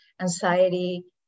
anxiety